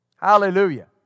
Hallelujah